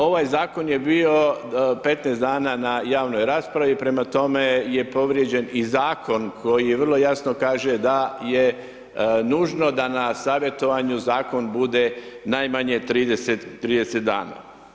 Ovaj Zakon je bio 15 dana na javnoj raspravi, prema tome, je povrijeđen i Zakon koji vrlo jasno kaže da je nužno da na savjetovanju Zakon bude najmanje 30 dana.